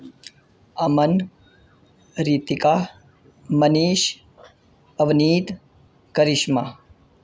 امن ریتکا منیش اونیت کریشما